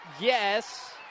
Yes